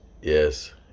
Yes